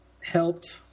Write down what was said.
helped